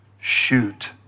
shoot